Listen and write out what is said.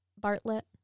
Bartlett